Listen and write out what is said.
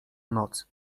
noc